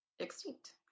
extinct